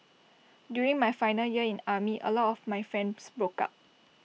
during my final year in army A lot of my friends broke up